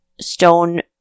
stone